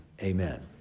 amen